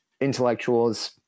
intellectuals